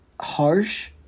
harsh